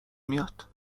میاد